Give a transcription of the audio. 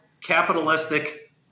capitalistic